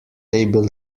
able